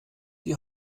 die